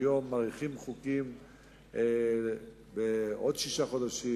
היום מאריכים חוקים בעוד שישה חודשים,